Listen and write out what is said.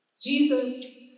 Jesus